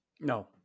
No